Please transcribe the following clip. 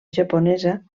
japonesa